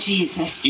Jesus